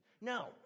No